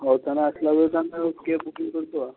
ଆଉ ତାଆନେ ଆସିଲାବେଳେ ତାଆନେ କ୍ୟାବ୍ ବୁକିଙ୍ଗ କରିଦେବା